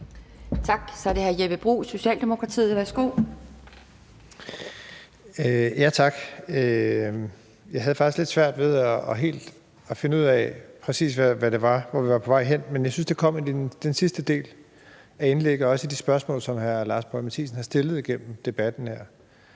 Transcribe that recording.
Jeg havde faktisk lidt svært ved helt at finde ud af præcis, hvor vi var på vej hen, men jeg synes, der kom noget i den sidste del af indlægget og i de spørgsmål, som hr. Lars Boje Mathiesen har stillet igennem debatten